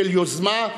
של יוזמה,